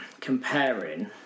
comparing